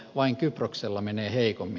vain kyproksella menee heikommin